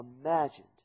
imagined